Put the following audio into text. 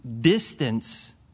distance